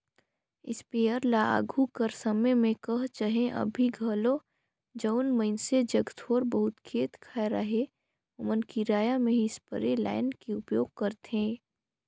sprayer ल आघु कर समे में कह चहे अभीं घलो जउन मइनसे जग थोर बहुत खेत खाएर अहे ओमन किराया में ही इस्परे लाएन के उपयोग करथे